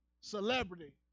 celebrity